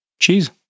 Cheese